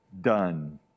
done